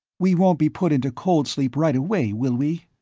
we won't be put into cold-sleep right away, will we?